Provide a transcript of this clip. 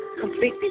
completely